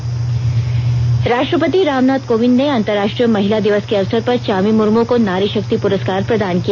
महिला दिवस राष्ट्रपति रामनाथ कोविंद ने अंतर्राष्ट्रीय महिला दिवस के अवसर पर चामी मुर्मू को नारी शक्ति पुरस्कार प्रदान किया